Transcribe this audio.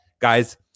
guys